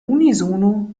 unisono